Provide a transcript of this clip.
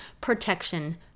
Protection